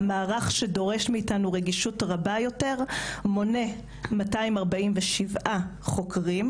המערך שדורש מאיתנו רגישות רבה יותר מונה 247 חוקרים,